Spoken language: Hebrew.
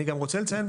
אני גם רוצה לציין,